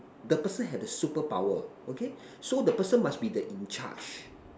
the person have the superpower okay so the person must be the in charge